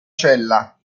cella